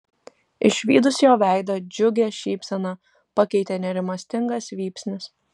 išvydus jo veidą džiugią šypseną pakeitė nerimastingas vypsnis